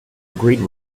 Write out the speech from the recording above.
agreed